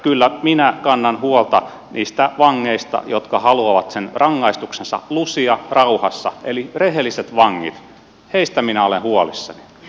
kyllä minä kannan huolta niistä vangeista jotka haluavat sen rangaistuksensa lusia rauhassa eli rehellisistä vangeista minä olen huolissani